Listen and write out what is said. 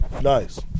Nice